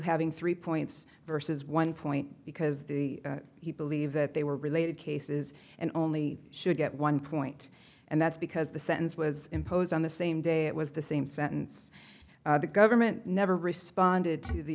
having three points versus one point because the believe that they were related cases and only should get one point and that's because the sentence was imposed on the same day it was the same sentence the government never responded to the